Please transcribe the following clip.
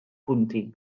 punti